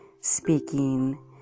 speaking